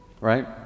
right